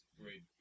great